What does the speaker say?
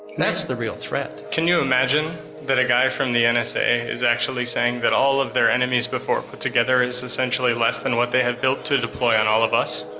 that's the real threat. can you imagine that a guy from the and is actually saying that all of their enemies before put together is essentially less than what they have built to deploy on all of us?